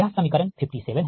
यह समीकरण 57 है ठीक